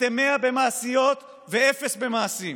אתם מאה במעשיות ואפס במעשים.